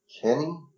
Kenny